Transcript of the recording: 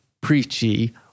preachy